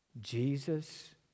Jesus